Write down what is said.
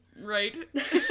Right